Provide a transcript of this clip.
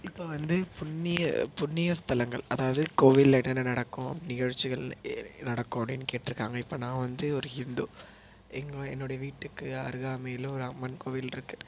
இப்போ வந்து புண்ணிய புண்ணிய ஸ்தலங்கள் அதாவது கோவிலில் என்னென்ன நடக்கும் நிகழ்ச்சிகள் நடக்கும் அப்படின்னு கேட்டுருக்காங்க இப்போ நான் வந்து ஒரு ஹிந்து எங்கள் என்னுடைய வீட்டுக்கு அருகாமையில் ஒரு அம்மன் கோவில் இருக்கு